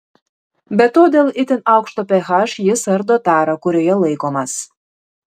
be to dėl itin aukšto ph jis ardo tarą kurioje laikomas